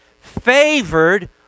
Favored